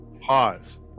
Pause